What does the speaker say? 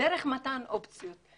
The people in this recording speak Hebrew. דרך מתן אופציות.